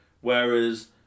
Whereas